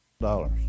dollars